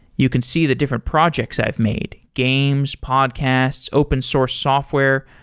you can see the different projects i've made games, podcasts, open source software.